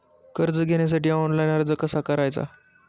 कर्ज घेण्यासाठी ऑनलाइन अर्ज कसा करायचा?